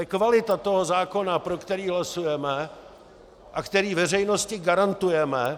To je kvalita zákona, pro který hlasujeme a který veřejnosti garantujeme...